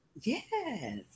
yes